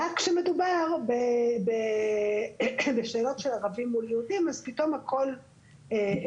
רק כשמדובר בשאלות של ערבים מול יהודים אז הכל מתהפך.